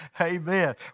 amen